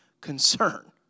concern